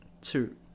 two